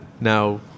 now